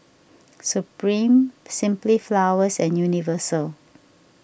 Supreme Simply Flowers and Universal